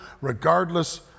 regardless